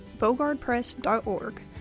bogardpress.org